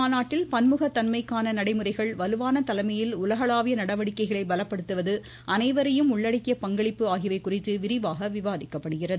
மாநாட்டில் பன்முக தன்மைக்கான நடைமுறைகள் வலுவான இந்த தலைமையில் உலகளாவிய நடவடிக்கைகளை பலப்படுத்துவது அனைவரையும் உள்ளடக்கிய பங்களிப்பு ஆகியவை குறித்து விரிவாக விவாதிக்கப்படுகிறது